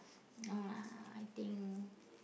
no lah I think